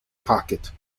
pocket